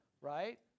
right